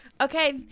okay